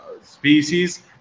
species